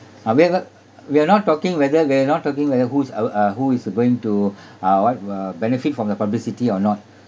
however we are not talking whether we are not talking whether who is oh uh who is going to uh what err benefit from the publicity or not